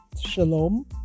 Shalom